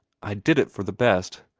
i did it for the best.